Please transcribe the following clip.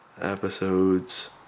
episodes